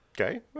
Okay